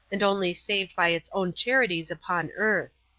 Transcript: and only saved by its own charities upon earth.